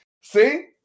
See